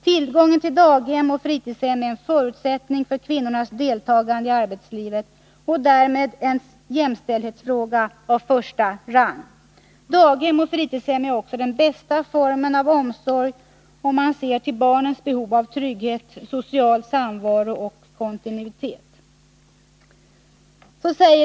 Tillgången till daghem och fritidshem är en förutsättning för kvinnornas deltagande i arbetslivet och är därmed en jämställdhetsfråga av första rang. Daghem och fritidshem är också den bästa formen av omsorg, om man ser till barnens behov av trygghet, social samvaro och kontinuitet.